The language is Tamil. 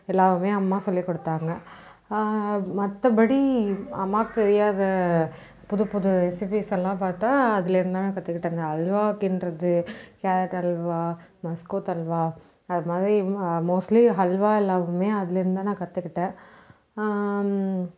எல்லாமே அம்மா சொல்லிக் கொடுத்தாங்க மற்றபடி அம்மாவுக்கு தெரியாத புது புது ரெசிப்பிஸெல்லாம் பார்த்தா அதுலேருந்து தான் நான் கற்றுக்கிட்டேன் இந்த அல்வா கிண்டுகிறது கேரட் அல்வா மஸ்கோத் அல்வா அதுமாதிரி மோஸ்ட்லி ஹல்வா எல்லாமே அதுலேருந்து தான் நான் கற்றுக்கிட்டேன்